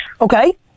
Okay